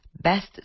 best